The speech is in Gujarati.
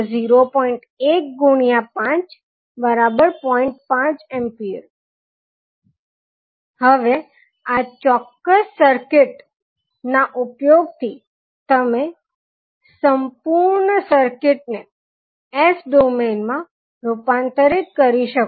5A હવે આ ચોક્ક્સ સર્કિટ નાં ઊપયોગથી તમે સમગ્ર સર્કિટ ને S ડોમેઇન માં રૂપાંતરિત કરી શકો